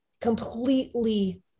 Completely